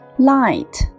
Light